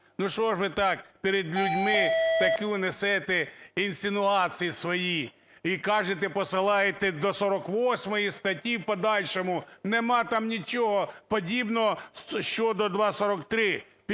ну, що ж ви так перед людьми такі несете інсинуації свої і кажете, посилаєте до 48 статті в подальшому. Нема там нічого подібного щодо 2.43